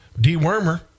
dewormer